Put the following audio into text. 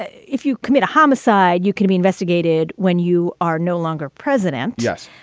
if you commit a homicide, you can be investigated when you are no longer president. yes.